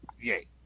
yay